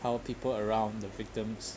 how people around the victims